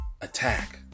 attack